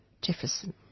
Jefferson